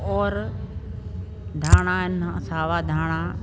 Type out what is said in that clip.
और धाणा आहिनि सावा धाणा